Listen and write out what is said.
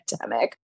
pandemic